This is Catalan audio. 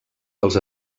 dels